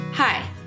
Hi